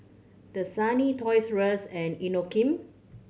Dasani Toys Rus and Inokim